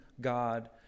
God